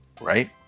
Right